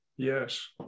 yes